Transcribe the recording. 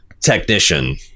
technician